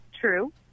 True